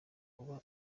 kuba